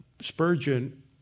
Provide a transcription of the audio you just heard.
Spurgeon